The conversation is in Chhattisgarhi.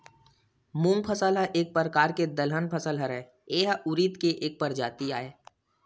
मूंग फसल ह एक परकार के दलहन फसल हरय, ए ह उरिद के एक परजाति आय